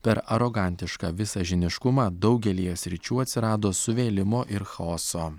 per arogantišką visažiniškumą daugelyje sričių atsirado suvėlimo ir chaoso